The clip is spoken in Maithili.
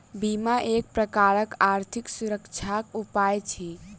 बीमा एक प्रकारक आर्थिक सुरक्षाक उपाय अछि